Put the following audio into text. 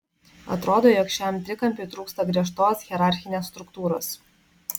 atrodo jog šiam trikampiui trūksta griežtos hierarchinės struktūros